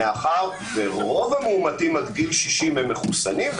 מאחר שרוב המאומתים עד גיל 60 הם מחוסנים.